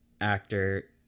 actor